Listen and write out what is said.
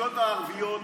ברשויות הערביות,